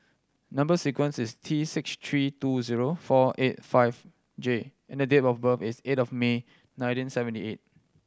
number sequence is T six three two zero four eight five J and the date of birth is eight of May nineteen seventy eight